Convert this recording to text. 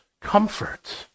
comfort